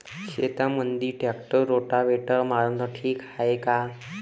शेतामंदी tractor rotavator मारनं ठीक हाये का?